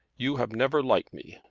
you have never liked me.